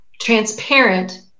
transparent